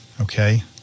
okay